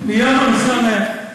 ביום, טוב,